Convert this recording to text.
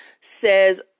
says